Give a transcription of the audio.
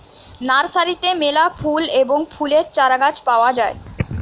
নার্সারিতে মেলা ফুল এবং ফলের চারাগাছ পাওয়া যায়